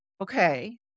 Okay